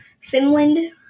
Finland